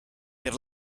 per